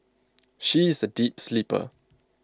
she is A deep sleeper